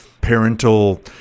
parental